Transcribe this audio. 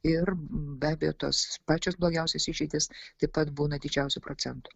ir be abejo tos pačios blogiausios išeitys taip pat būna didžiausiu procentu